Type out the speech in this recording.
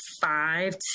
five